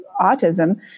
autism